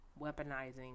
weaponizing